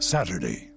Saturday